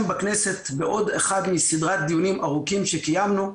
בכנסת כעוד אחד מסדרת דיונים ארוכים שקיימנו,